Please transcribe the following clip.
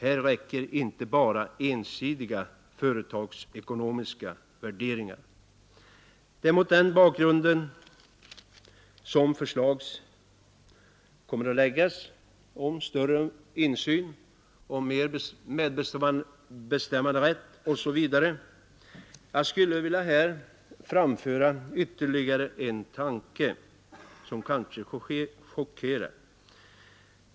Här räcker inte bara ensidiga företagsekonomiska värderingar. Det är mot denna bakgrund som förslag kommer att läggas fram om större insyn, om mer medbestämmanderätt osv. Jag skulle här vilja framföra ytterligare en tanke, som kanske chockerar.